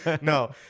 No